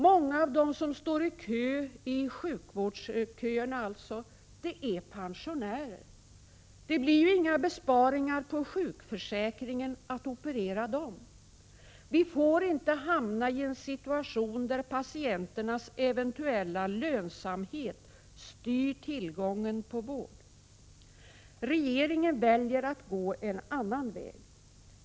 Många av dem som står i sjukvårdsköerna är pensionärer. Det blir inga besparingar på sjukförsäkringen att operera dem. Vi får inte hamna i en situation där patienternas eventuella lönsamhet styr tillgången på vård. Regeringen väljer att gå en annan väg.